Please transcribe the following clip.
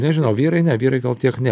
nežinau vyrai ne vyrai gal kiek ne